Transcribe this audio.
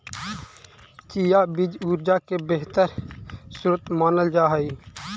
chia बीज ऊर्जा के बेहतर स्रोत मानल जा हई